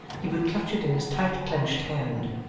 he would clutch it in his tight-clenched hand,